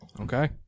okay